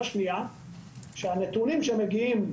שניים,